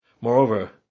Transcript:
Moreover